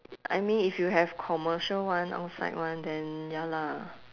I mean if you have commercial one outside one then ya lah